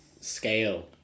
scale